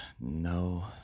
No